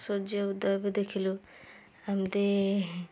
ସୂର୍ଯ୍ୟଉଦୟ ବି ଦେଖିଲୁ ଏମିତି